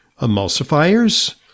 emulsifiers